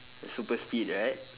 the super speed right